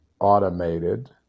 automated